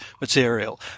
material